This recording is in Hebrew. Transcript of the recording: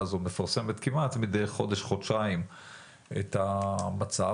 הזו מפרסמת כמעט מדי חודש-חודשיים את המצב,